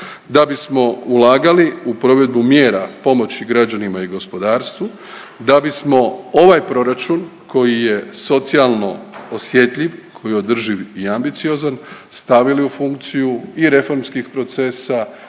Da bismo ulagali u provedbu mjera pomoći građanima i gospodarstvu, da bismo ovaj proračun koji je socijalno osjetljiv koji je održiv i ambiciozan stavili u funkciju i reformskih procesa